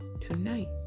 tonight